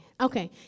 Okay